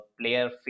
player